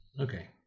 Okay